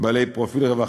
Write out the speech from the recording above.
בעלי פרופיל רווחה.